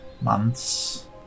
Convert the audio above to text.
months